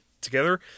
together